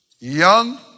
young